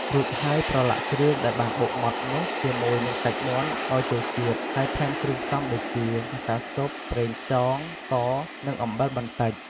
រួចហើយប្រឡាក់គ្រឿងដែលបានបុកម៉ដ្ឋនោះជាមួយនិងសាច់មាន់ឱ្យចូលជាតិ ហើយថែមគ្រឿងផ្សំដូចជា ម្សៅស៊ុប ប្រេងខ្យង ស្ករ និង អំបិលបន្តិច។